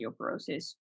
osteoporosis